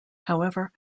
however